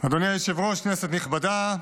אדוני היושב-ראש, כנסת נכבדה,